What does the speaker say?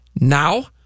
now